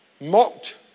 mocked